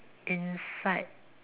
inside